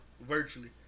virtually